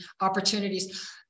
opportunities